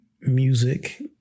music